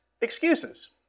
excuses